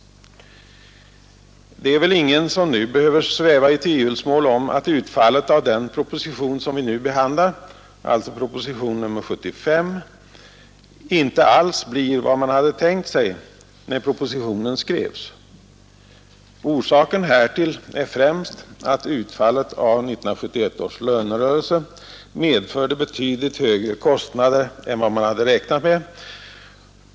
Det är väl ingen som nu behöver sväva i tvivelsmål om att utfallet av den proposition som vi behandlar, propositionen 75, inte alls blir vad man hade tänkt sig när propositionen skrevs. Orsaken härtill är främst att utfallet av 1971 års lönerörelse medförde betydligt högre kostnader än vad man hade räknat med.